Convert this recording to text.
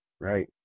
Right